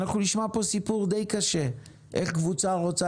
אנחנו נשמע פה סיפור די קשה: איך קבוצה רוצה